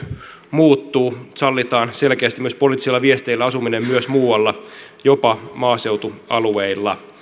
muuttuu sallitaan selkeästi poliittisilla viesteillä asuminen myös muualla jopa maaseutualueilla